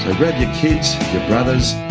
your kids, your brothers,